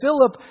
Philip